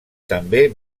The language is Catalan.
també